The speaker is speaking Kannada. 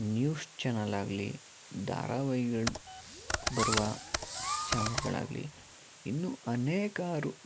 ನ್ಯೂಸ್ ಚಾನಲಾಗಲಿ ಧಾರಾವಾಹಿಗಳ್ ಬರುವ ಚಾನಲ್ಗಳಾಗಲಿ ಇನ್ನೂ ಅನೇಕಾರು